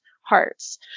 hearts